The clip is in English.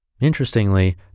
Interestingly